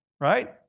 right